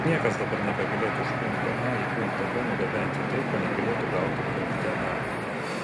juk niekas dabar nebegalėtų iš punkto a į punktą b nugabenti tai ko negalėtų gauti punkte a